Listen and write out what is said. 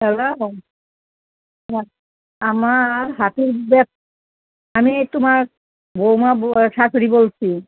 hello হ্যাঁ হ্যাঁ আমার হাঁটুর যে আমি এ তোমার বৌমা ব শাশুড়ি বলছি